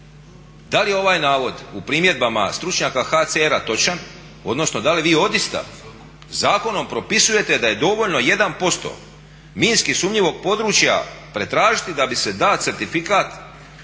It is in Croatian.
Da li ovaj navod u primjedbama stručnjaka HCR-a točan odnosno da li vi odista zakonom propisujete da je dovoljno 1% minski sumnjivog područja pretražiti da bi se dao certifikat da